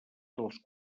dels